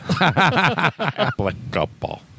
Applicable